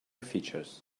features